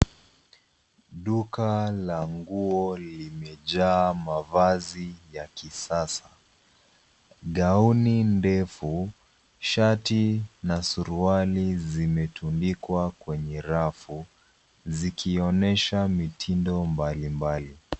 Duka la nguo limejaa mavazi ya kisasa. Gauni ndefu, shati na suruali zimetundikwa kwenye rafu zikionyesha mitindo mbalimbali.